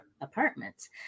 apartments